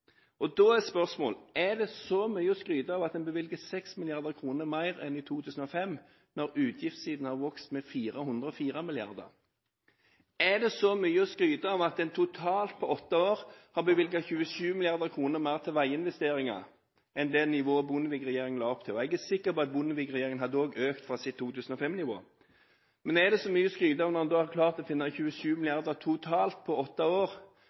mer. Da er spørsmålet: Er det så mye å skryte av at man bevilger 6 mrd. kr mer enn i 2005, når utgiftssiden har vokst med 404 mrd. kr? Er det så mye å skryte av at en på åtte år totalt har bevilget 27 mrd. kr mer til veiinvesteringer enn det nivået Bondevik-regjeringen la opp til? Jeg er sikker på at Bondevik-regjeringen også hadde økt bevilgningene fra sitt 2005-nivå. Er det så mye å skryte av at man har klart å finne 27 mrd. kr totalt på åtte år,